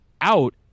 out